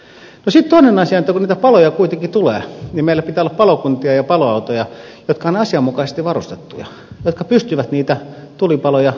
no sitten toinen asia on se että kun nyt niitä paloja kuitenkin tulee niin meillä pitää olla palokuntia ja paloautoja jotka ovat asianmukaisesti varustettuja jotka pystyvät niitä tulipaloja sammuttamaan